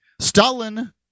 Stalin